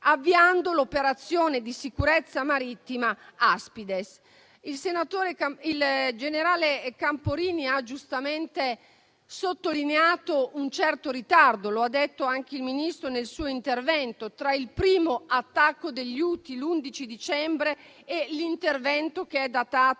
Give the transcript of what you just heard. avviando l'operazione di sicurezza marittima Aspides. Il generale Camporini ha giustamente sottolineato un certo ritardo, che ha ricordato anche il Ministro nel suo intervento, tra il primo attacco degli Houthi, l'11 dicembre, e l'intervento che è datato,